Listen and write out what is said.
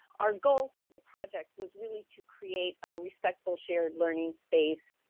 our goal for the project was really to create a respectful shared learning space,